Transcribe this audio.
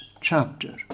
chapter